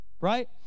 Right